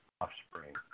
offspring